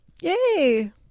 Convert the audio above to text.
Yay